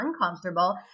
uncomfortable